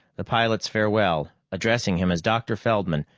the pilot's farewell, addressing him as dr. feldman,